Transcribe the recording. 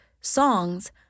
songs